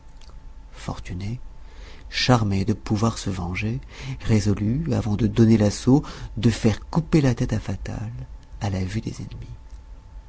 fortuné charmé de pouvoir se venger résolut avant de donner l'assaut de faire couper la tête à fatal à la vue des ennemis